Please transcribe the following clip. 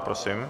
Prosím.